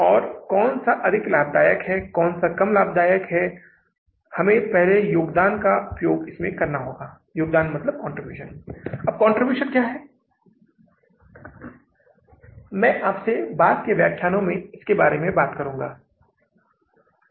यह कमी 318000 डॉलर की है जिसे हम उधार ले रहे हैं ठीक है अगले कॉलम में जो हमें करना होगा जोकि ब्याज भुगतान है 10 प्रतिशत की दर से ब्याज भुगतान है